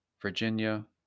Virginia